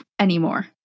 anymore